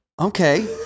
Okay